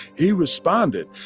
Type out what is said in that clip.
he responded,